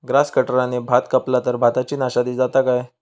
Grass कटराने भात कपला तर भाताची नाशादी जाता काय?